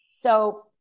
So-